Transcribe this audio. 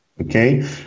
Okay